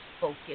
focus